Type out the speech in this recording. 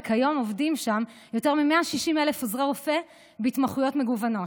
וכיום עובדים שם יותר מ-160,000 עוזרי רופא בהתמחויות מגוונות.